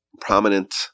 prominent